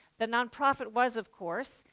the non-profit was, of course,